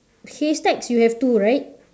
haystacks you have two right